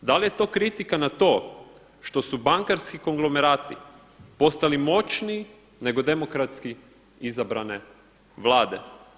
Da li je to kritika na to što su bankarski konglomerati postali moćniji nego demokratski izabrane vlade?